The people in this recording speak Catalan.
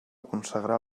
consagrar